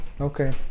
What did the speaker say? okay